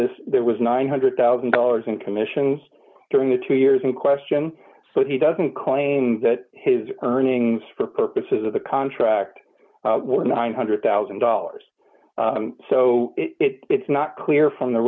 this there was nine hundred thousand dollars in commissions during the two years in question so he doesn't claim that his earnings for purposes of the contract were nine hundred thousand dollars so it's not clear from the